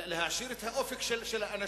להעשיר את האופק של האנשים,